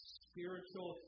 spiritual